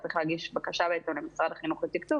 צריך להגיש למשרד החינוך בקשה לתקצוב,